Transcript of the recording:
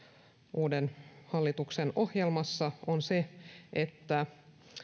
uuden hallituksen ohjelmassa on se että